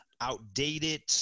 outdated